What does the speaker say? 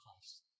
Christ